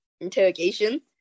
interrogation